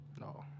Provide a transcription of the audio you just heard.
No